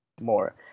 more